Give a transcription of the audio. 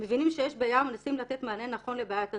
מבינים שיש בעיה ומנסים לתת מענה נכון לבעיית הזנות.